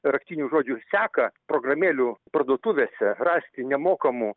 raktinių žodžių seką programėlių parduotuvėse rasti nemokamų